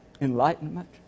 enlightenment